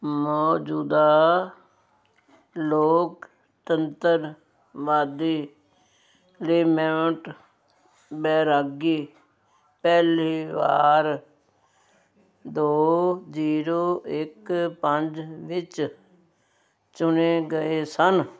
ਮੌਜੂਦਾ ਲੋਕਤੰਤਰਵਾਦੀ ਲੈਮੋਂਟ ਬੈਰਾਗੀ ਪਹਿਲੀ ਵਾਰ ਦੋ ਜ਼ੀਰੋ ਇੱਕ ਪੰਜ ਵਿੱਚ ਚੁਣੇ ਗਏ ਸਨ